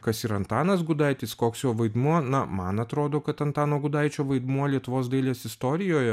kas yra antanas gudaitis koks jo vaidmuo na man atrodo kad antano gudaičio vaidmuo lietuvos dailės istorijoje